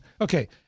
okay